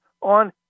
on